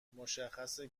مشخصه